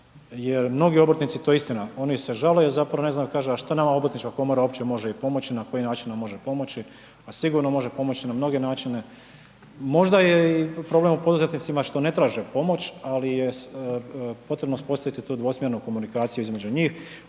jer mnogi obrtnici, to je istina, oni se žale, zapravo ne znaju, kaže a šta nama Obrtnička komora uopće može pomoć i na koji način nam može pomoći. A sigurno može pomoći na mnoge načine, možda je problem u poduzetnicima što ne traže pomoć, ali je potrebno uspostaviti tu dvosmjernu komunikaciju između njih.